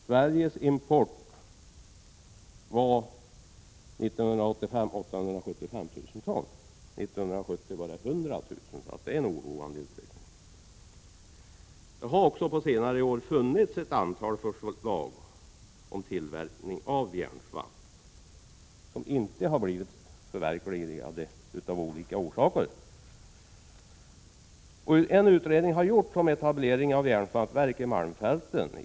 1985 importerades till Sverige 875 000 ton skrot. 1970 var det 100 000 ton, så utvecklingen är oroande. Det har också på senare år funnits ett antal förslag om tillverkning av järnsvamp som inte har blivit förverkligade, av olika orsaker. En utredning har gjorts om etablering av ett järnsvampsverk i Malmfälten.